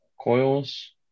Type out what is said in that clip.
coils